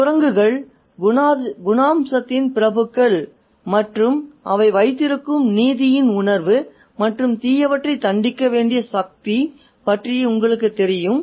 குரங்குகள் குணாம்சத்தின் பிரபுக்கள் மற்றும் அவை வைத்திருக்கும் நீதியின் உணர்வு மற்றும் தீயவற்றைத் தண்டிக்க வேண்டிய சக்தி பற்றி உங்களுக்குத் தெரியும்